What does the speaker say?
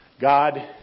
God